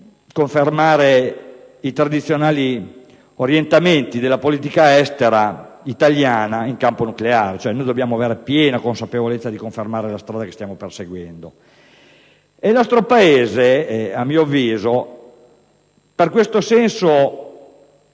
confermare i tradizionali orientamenti della politica estera italiana in campo nucleare: dobbiamo avere la piena consapevolezza dell'esigenza di confermare la strada che stiamo perseguendo. Il nostro Paese, a mio avviso, ha messo in